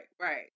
right